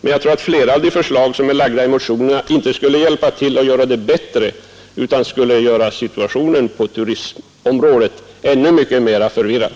Men jag tror att flera av de förslag som har lagts fram i motionerna inte skulle göra situationen på turistområdet bättre utan tvärtom skulle göra den ännu mera förvirrad.